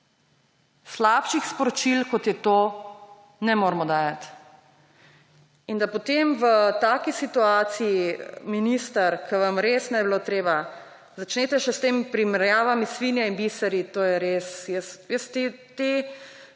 Slabših sporočil, kot je to, ne moremo dajati. In da potem v taki situaciji, minister, ko vam res ne bi bilo treba, začnete še s temi primerjavami – svinje in biseri, to je res …, jaz te